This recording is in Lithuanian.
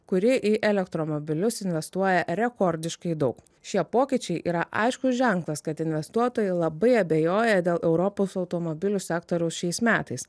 kuri į elektromobilius investuoja rekordiškai daug šie pokyčiai yra aiškus ženklas kad investuotojai labai abejoja dėl europos automobilių sektoriaus šiais metais